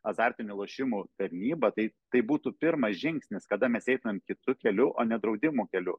azartinių lošimų tarnybą tai tai būtų pirmas žingsnis kada mes einam kitu keliu o ne draudimų keliu